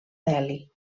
delhi